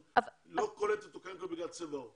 לא קולטת או כן קולטת בגלל צבע עור.